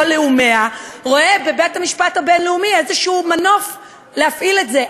לאומיה רואה בבית-המשפט הבין-לאומי איזה מנוף להפעיל את זה.